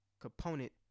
component